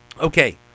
Okay